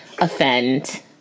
offend